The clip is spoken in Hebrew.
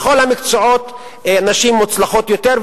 בכל המקצועות נשים מוצלחות יותר,